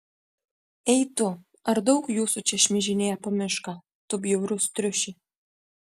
ei tu ar daug jūsų čia šmižinėja po mišką tu bjaurus triuši